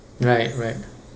right right